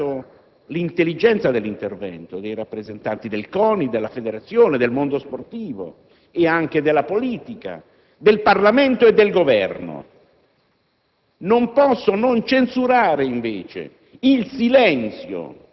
Di fronte a quanto è accaduto a Catania ho ascoltato l'intelligenza degli interventi dei rappresentanti del CONI, della Federazione, del mondo sportivo e anche della politica, del Parlamento e del Governo;